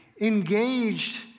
engaged